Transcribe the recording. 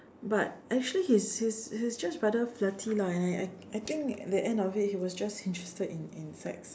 but actually he's he's he's just rather flirty lah and I I I think at the end of it he was just interested in in sex